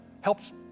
helps